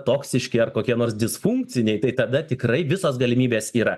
toksiški ar kokie nors disfunkciniai tai tada tikrai visos galimybės yra